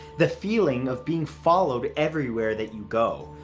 the feeling of being followed everywhere that you go.